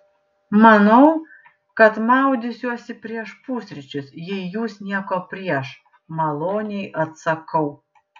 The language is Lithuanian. manau kad maudysiuosi prieš pusryčius jei jūs nieko prieš maloniai atsakau